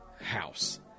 house